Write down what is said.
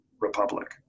republic